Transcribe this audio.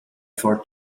for